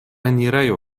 enirejo